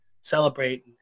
celebrate